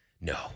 No